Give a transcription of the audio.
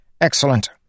Excellent